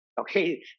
okay